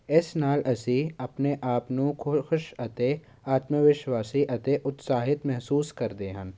ਇਸ ਨਾਲ ਅਸੀਂ ਆਪਣੇ ਆਪ ਨੂੰ ਖੁ ਖੁਸ਼ ਅਤੇ ਆਤਮ ਵਿਸ਼ਵਾਸੀ ਅਤੇ ਉਤਸ਼ਾਹਿਤ ਮਹਿਸੂਸ ਕਰਦੇ ਹਨ